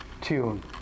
tune